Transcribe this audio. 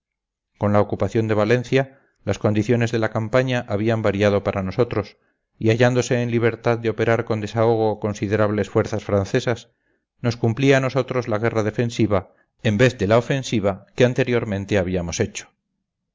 con la ocupación de valencia las condiciones de la campaña habían variado para nosotros y hallándose en libertad de operar con desahogo considerables fuerzas francesas nos cumplía a nosotros la guerra defensiva en vez de la ofensiva que anteriormente habíamos hecho